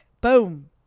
boom